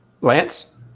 Lance